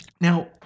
Now